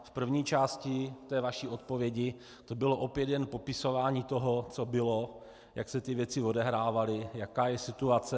V první části vaší odpovědi to bylo opět jen popisování toho, co bylo, jak se ty věci odehrávaly, jaká je situace.